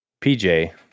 PJ